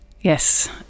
Yes